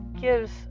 gives